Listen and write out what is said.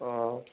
অঁ